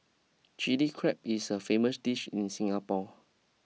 Chilli Crab is a famous dish in Singapore